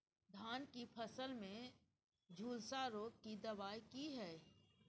धान की फसल में झुलसा रोग की दबाय की हय?